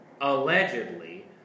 allegedly